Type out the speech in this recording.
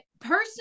personally